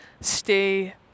stay